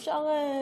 אפשר,